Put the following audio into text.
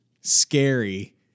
scary